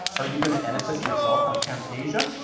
are you gonna edit this yourself on camtasia?